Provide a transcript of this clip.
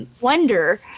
wonder